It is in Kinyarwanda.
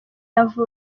yavutse